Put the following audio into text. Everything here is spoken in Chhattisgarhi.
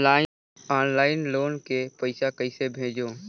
ऑनलाइन लोन के पईसा कइसे भेजों?